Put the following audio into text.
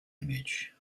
image